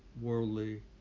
worldly